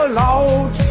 loud